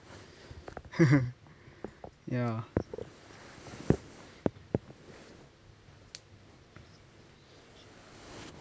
ya